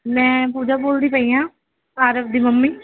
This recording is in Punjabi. ਮੈਂ ਪੂਜਾ ਬੋਲਦੀ ਪਈ ਹਾਂ ਆਰਵ ਦੀ ਮੰਮੀ